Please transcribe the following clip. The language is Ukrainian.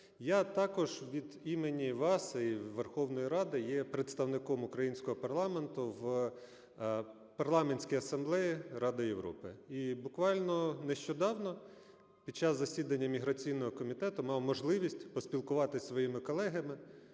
Я також від імені вас і Верховної Ради є представником українського парламенту в Парламентській Асамблеї Ради Європи. І буквально нещодавно, під час засідання міграційного комітету, мав можливість поспілкуватись зі своїми колегами